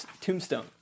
tombstone